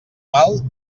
mal